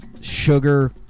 sugar